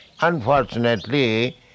Unfortunately